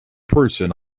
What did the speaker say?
person